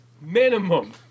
minimum